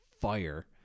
fire